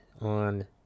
on